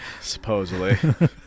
Supposedly